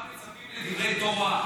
ממך מצפים לדברי תורה,